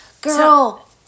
Girl